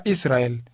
Israel